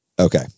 Okay